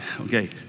okay